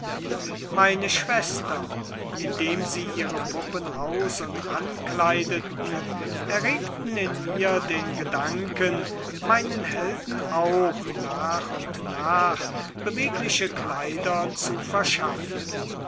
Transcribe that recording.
meine schwestern indem sie ihre puppen aus und ankleideten erregten in mir den gedanken meinen helden auch nach und nach bewegliche kleider zu verschaffen